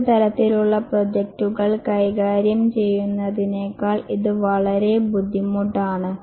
മറ്റ് തരത്തിലുള്ള പ്രോജക്ടുകൾ കൈകാര്യം ചെയ്യുന്നതിനേക്കാൾ ഇത് വളരെ ബുദ്ധിമുട്ടാണ്